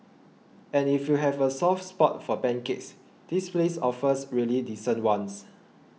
and if you have a soft spot for pancakes this place offers really decent ones